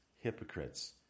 hypocrites